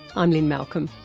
i'm lynne malcolm.